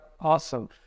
awesome